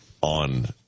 on